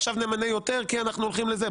עכשיו נמנה יותר כי אנחנו הולכים לזה,